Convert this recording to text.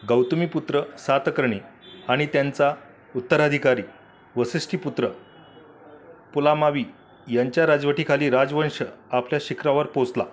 गौतमीपुत्र सातकर्णी आणि त्यांचा उत्तराधिकारी वसिष्ठीपुत्र पुलामावी यांच्या राजवटीखाली राजवंश आपल्या शिखरावर पोचला